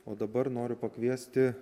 o dabar noriu pakviesti